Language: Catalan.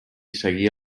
seguia